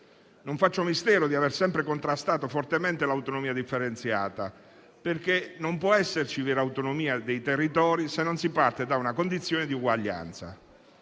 Non faccio mistero di aver sempre contrastato fortemente l'autonomia differenziata, perché non può esserci vera autonomia dei territori, se non si parte da una condizione di uguaglianza,